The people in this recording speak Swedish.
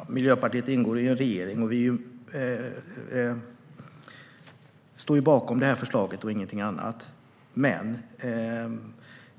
Fru talman! Miljöpartiet ingår ju i regeringen. Vi står bakom det här förslaget och ingenting annat. Men